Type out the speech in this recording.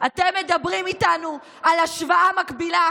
"לא חשבנו שתהא פרשנות כפי שבית המשפט פירש ושעל פי החוק הוא רשאי לפרש.